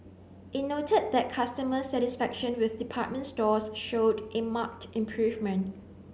it noted that customer satisfaction with department stores showed a marked improvement